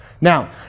Now